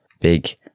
big